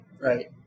Right